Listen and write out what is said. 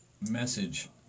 message